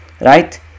right